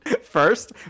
first